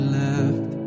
left